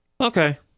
okay